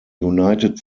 united